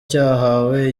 cyahawe